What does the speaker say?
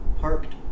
parked